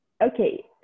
Okay